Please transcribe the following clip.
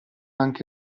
anche